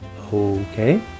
Okay